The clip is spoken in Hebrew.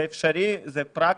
זה אפשרי וזה פרקטי.